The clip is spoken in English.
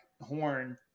horn